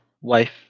wife